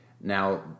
Now